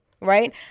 right